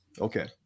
Okay